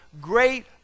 great